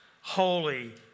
holy